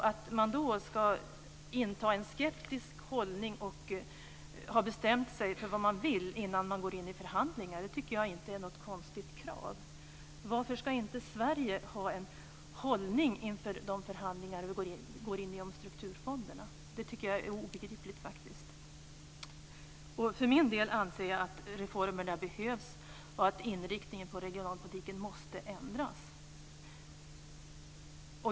Att man ska inta en skeptisk hållning och ska ha bestämt sig för vad man vill innan man går in i förhandlingar tycker jag inte är några konstiga krav. Varför ska inte Sverige ha en hållning inför de förhandlingar vi går in i om strukturfonderna? Jag tycker faktiskt att det är obegripligt. För min del anser jag att reformerna behövs och att inriktningen av regionalpolitiken måste ändras.